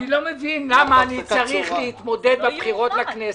אני לא מבין למה אני צריך להתמודד בבחירות לכנסת.